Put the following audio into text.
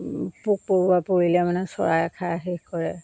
পোক পৰুৱা পৰিলে মানে চৰাই খাই শেষ কৰে